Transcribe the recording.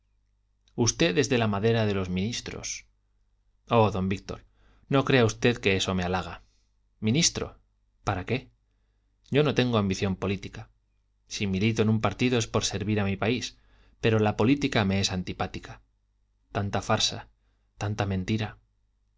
usted es de la madera de los ministros oh don víctor no crea usted que eso me halaga ministro para qué yo no tengo ambición política si milito en un partido es por servir a mi país pero la política me es antipática tanta farsa tanta mentira